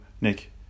Nick